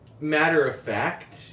matter-of-fact